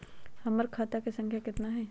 हमर खाता के सांख्या कतना हई?